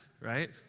right